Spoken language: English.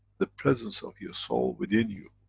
the presence of your soul within you?